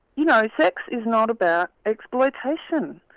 you know, sex is not about exploitation.